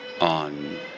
on